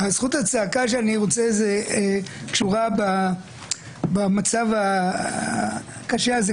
זכות הצעקה שאני רוצה קשורה במצב הקשה הזה.